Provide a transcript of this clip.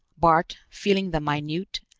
bart, feeling the minute,